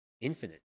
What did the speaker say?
Infinite